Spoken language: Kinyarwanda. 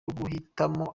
guhitamo